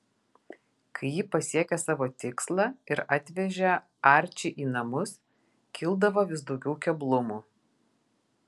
kai ji pasiekė savo tikslą ir atvežė arčį į namus kildavo vis daugiau keblumų